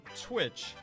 Twitch